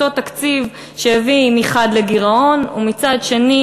אותו תקציב שהביא מחד גיסא לגירעון ומצד שני